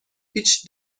هیچ